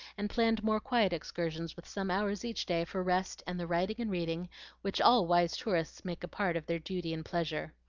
and planned more quiet excursions with some hours each day for rest and the writing and reading which all wise tourists make a part of their duty and pleasure.